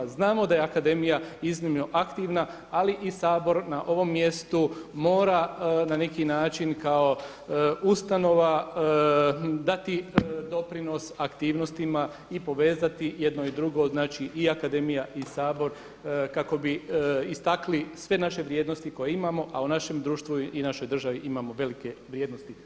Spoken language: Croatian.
Znamo da je akademija iznimno aktivna, ali i Sabor na ovom mjestu mora na neki način kao ustanova dati doprinos aktivnostima i povezati i jedno i drugo, znači i akademija i Sabor, kako bi istakli sve naše vrijednosti koje imamo, a u našem društvu i našoj državi imamo velike vrijednosti.